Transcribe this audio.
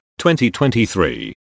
2023